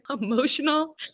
emotional